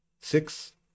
six